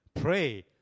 Pray